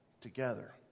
together